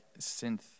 synth